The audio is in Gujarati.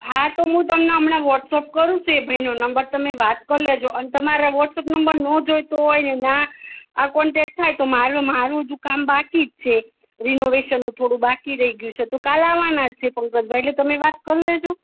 હા તો હું તમને એમણા વોટ્સએપ કરું શું એ ભઈનો નંબર તમે વાત કર લેજો અન તમાર વ્હોટસએપ નંબર ન જોઈતો ને ના કોન્ટેક થાય તો મારું કામ બાકી જ છે રિનોવેશનનું તાજોડું બાકી રહી ગ્યું છે તો કાલ આવાના જ છે પંકજભાઈ એટલે તમે વાત કર લેજો